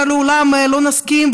לעולם לא נסכים,